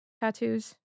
tattoos